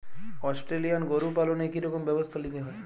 Australian গরু পালনে কি রকম ব্যবস্থা নিতে হয়?